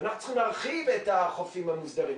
ואנחנו צריכים להרחיב את החופים המוסדרים.